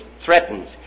threatens